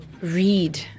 read